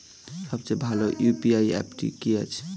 সবচেয়ে ভালো ইউ.পি.আই অ্যাপটি কি আছে?